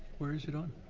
where is it on?